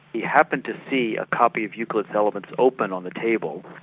he happened to see a copy of euclid's elements open on the table.